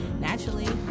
naturally